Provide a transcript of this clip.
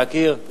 להכיר.